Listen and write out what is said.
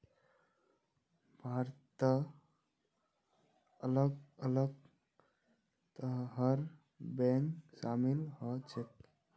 भारतत अलग अलग तरहर बैंक शामिल ह छेक